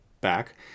back